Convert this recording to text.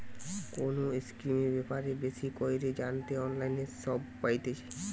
কোনো স্কিমের ব্যাপারে বেশি কইরে জানতে অনলাইনে সব পাইতেছে